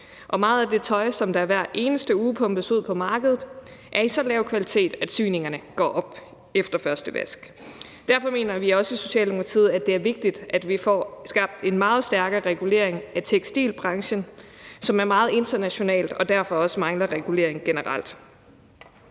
Og meget af det tøj, som hver eneste uge pumpes ud på markedet, er af så lav kvalitet, at syningerne går op efter første vask. Derfor mener vi også i Socialdemokratiet, at det er vigtigt, at vi får skabt en meget stærkere regulering af tekstilbranchen, som er meget international og derfor også mangler regulering generelt.